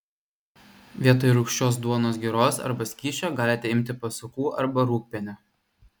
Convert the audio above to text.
vietoj rūgščios duonos giros arba skysčio galite imti pasukų arba rūgpienio